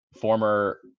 former